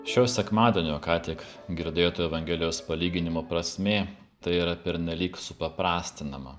šio sekmadienio ką tik girdėto evangelijos palyginimo prasmė tai yra pernelyg supaprastinama